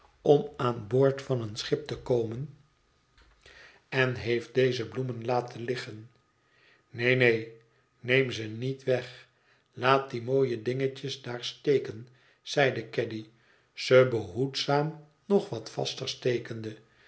om aan boord van een schip te komen en heeft deze bloemen laten liggen neen neen neem ze niet weg laat die mooie dingetjes daar steken zeide caddy ze behoedzaam nog wat vaster stekende